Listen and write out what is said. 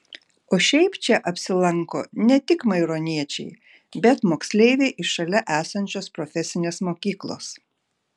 o šiaip čia apsilanko ne tik maironiečiai bet moksleiviai iš šalia esančios profesinės mokyklos